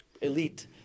elite